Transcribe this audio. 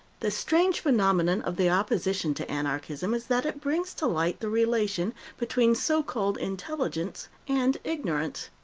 the strange phenomenon of the opposition to anarchism is that it brings to light the relation between so-called intelligence and ignorance.